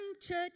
church